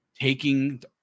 taking